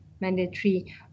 mandatory